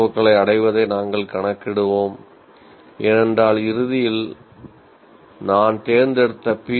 ஓக்களை அடைவதை நாங்கள் கணக்கிடுவோம் ஏனென்றால் இறுதியில் நான் தேர்ந்தெடுத்த பி